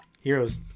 Heroes